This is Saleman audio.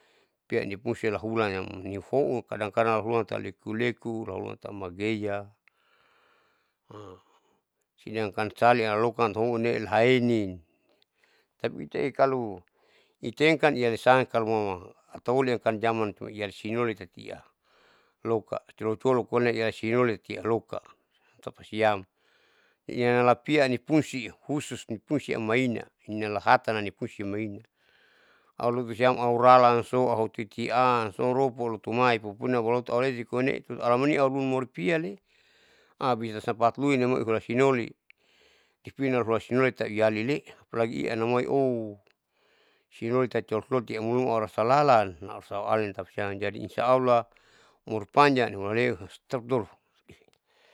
Pianipungsiamlahulan nihoun kadang kadang nihulan tahu leku leku laulan tahu magea sidangkan sali alokan ahounee aolinn haenin tapi itae kalo itangkan ialisan huama ataolikan kanjman iali tati iaan loka, colo colo kaonee iyasinoli tati ialoka tapasiam ianalapia nipungsi husu nipungsi ammaina ninalahatan nam nipungsi maina aulutusiam auralan so autitian sou ropol lutumai pupurina auhuloto awareti pupurina alamani aurumoliti iyale abisa sampat luin hamai ihula sinoli tutuina hula sinoli tahu ina salile pulai ian amoi ooo sinoli tati sinoli tati aupurina irasa lalan ausa alin tapasiam jadi insya allah umurpanjang nihulaleu stop dolo.